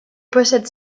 possède